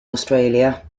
australia